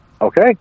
okay